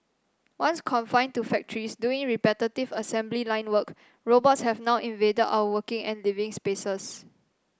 once confined to factories doing repetitive assembly line work robots have now invaded our working and living spaces